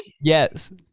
yes